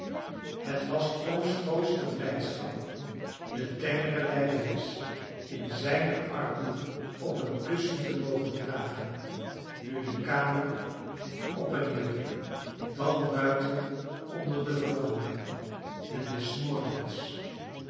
het was toms grootste blijdschap de tengere lijderes in zijne armen op een kussen te mogen dragen nu de kamer op en neer dan buiten onder de veranda en des morgens